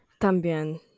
también